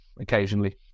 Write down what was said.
occasionally